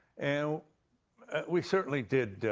and we certainly did,